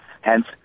hence